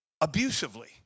abusively